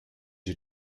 you